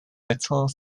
little